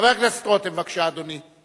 חבר הכנסת רותם, בבקשה, אדוני.